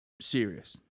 serious